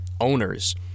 owners